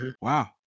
Wow